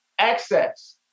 access